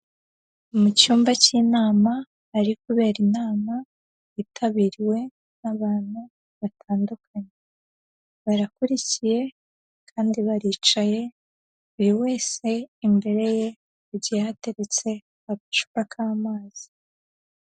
Mu cyumba cy'inama, hari kubera inama yitabiriwe n'abantu batandukanye, barakurikiye kandi baricaye, buri wese imbere ye hagiye hateretse agacupa k'amazi.